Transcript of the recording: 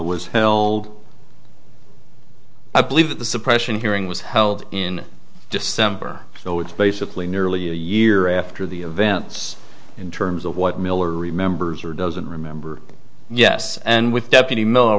was held i believe that the suppression hearing was held in december so it's basically nearly a year after the events in terms of what miller remembers or doesn't remember yes and with deputy miller